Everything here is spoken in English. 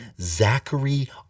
Zachary